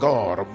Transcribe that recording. God